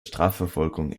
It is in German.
strafverfolgung